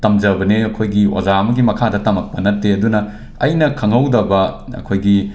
ꯇꯝꯖꯕꯅꯦ ꯑꯩꯈꯣꯏꯒꯤ ꯑꯣꯖꯥ ꯑꯃꯒꯤ ꯃꯈꯥꯗ ꯇꯝꯂꯛꯄ ꯅꯠꯇꯦ ꯑꯗꯨꯅ ꯑꯩꯅ ꯈꯪꯍꯧꯗꯕ ꯑꯈꯣꯏꯒꯤ